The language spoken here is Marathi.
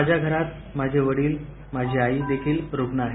माझ्या घरात माझे वडील माझी आई देखील रुग्ण आहेत